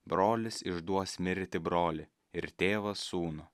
brolis išduos mirti brolį ir tėvas sūnų